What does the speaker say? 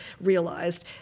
realized